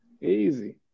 Easy